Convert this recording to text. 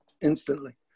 Instantly